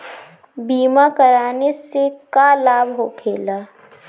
बीमा कराने से का लाभ होखेला?